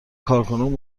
کارکنان